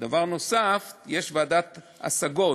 דבר נוסף, יש ועדת השגות.